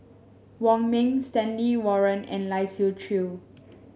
Wong Ming Stanley Warren and Lai Siu Chiu